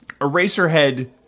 Eraserhead